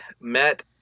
met